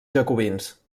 jacobins